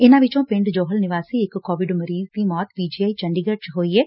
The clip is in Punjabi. ਇਨਾਂ ਵਿਰੋਂ ਪਿੰਡ ਜੋਹਲ ਨਿਵਾਸੀ ਇਕ ਕੋਵਿਡ ਮਰੀਜ਼ ਦੀ ਮੌਤ ਪੀ ਜੀ ਆਈ ਚੰਡੀਗੜ ਚ ਹੋਈ ਏ